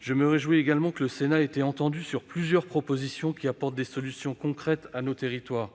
Je me réjouis également que le Sénat ait été entendu sur plusieurs propositions qui apportent des solutions concrètes à nos territoires.